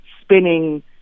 spinning